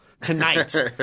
tonight